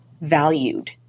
valued